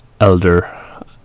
Elder